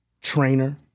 trainer